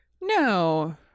No